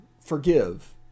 forgive